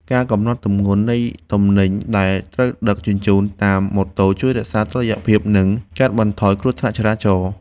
ការកំណត់ទម្ងន់នៃទំនិញដែលត្រូវដឹកជញ្ជូនតាមម៉ូតូជួយរក្សាតុល្យភាព និងកាត់បន្ថយគ្រោះថ្នាក់ចរាចរណ៍។